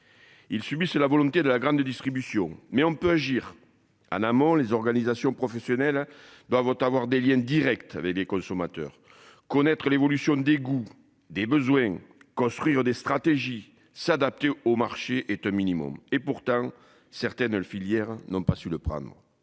Il subissent, c'est la volonté de la grande distribution, mais on peut agir en amont, les organisations professionnelles doivent avoir des Liens Directs avec les consommateurs, connaître l'évolution des goûts des besoins construire des stratégies s'adapter au marché est au minimum et pourtant certaines filières n'ont pas su le prendre.